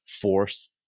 force